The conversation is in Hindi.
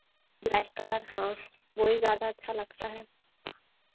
ब्लैक कलर हाँ वही ज़्यादा अच्छा लगता है